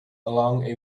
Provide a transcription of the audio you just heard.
along